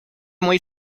muy